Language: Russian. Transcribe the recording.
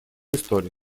история